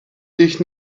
dich